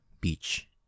beach